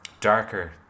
darker